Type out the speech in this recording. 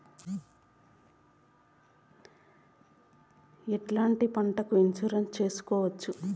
ఎట్లాంటి పంటలకు ఇన్సూరెన్సు చేసుకోవచ్చు?